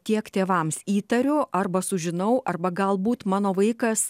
tiek tėvams įtariu arba sužinau arba galbūt mano vaikas